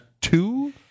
two